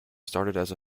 started